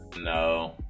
No